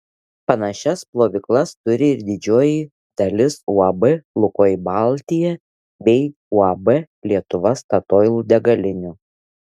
panašias plovyklas turi ir didžioji dalis uab lukoil baltija bei uab lietuva statoil degalinių